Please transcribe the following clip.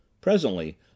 Presently